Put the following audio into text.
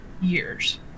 years